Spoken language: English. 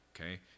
okay